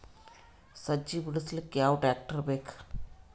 ಸಜ್ಜಿ ಬಿಡಿಸಿಲಕ ಯಾವ ಟ್ರಾಕ್ಟರ್ ಬೇಕ?